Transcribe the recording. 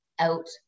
out